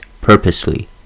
purposely